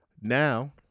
now